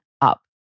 up